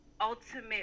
ultimate